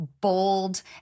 bold